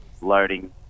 loading